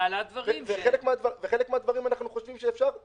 ולחלק מהדברים אנחנו חושבים שאפשר להיענות.